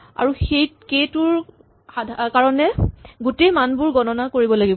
আৰু সেই কে টোৰ কাৰণে গোটেই মানবোৰ গণনা কৰিব লাগিব